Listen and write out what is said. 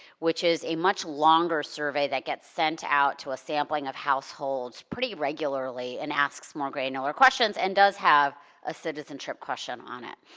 which is a much longer survey that gets sent out to a sampling of households pretty regularly and asks more granular questions and does have a citizenship question on it.